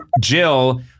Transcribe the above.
Jill